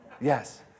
Yes